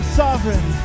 sovereign